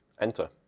Enter